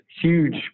huge